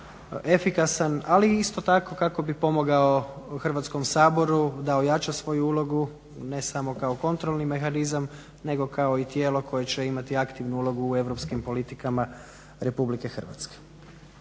efikasan ali i iako tako kako bi pomogao Hraskom saboru a ojača svoju ulogu ne samo kako kontrolni mehanizam nego kao i tijelo koje će imati aktivnu ulogu u europskim politikama RH. Što se